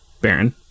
Baron